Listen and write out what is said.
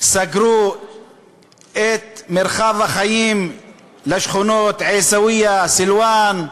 סגרו את מרחב החיים לשכונות עיסאוויה, סילואן,